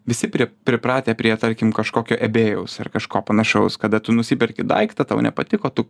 visi pri pripratę prie tarkim kažkokio ebėjeus ar kažko panašaus kada tu nusiperki daiktą tau nepatiko tu